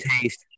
taste